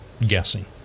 guessing